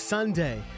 Sunday